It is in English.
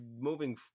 moving